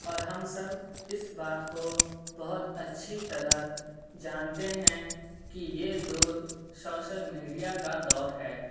اور ہم سب اس بات کو بہت اچھی طرح جانتے ہیں کہ یہ دور شوشل میڈیا کا دور ہے